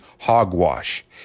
hogwash